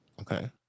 Okay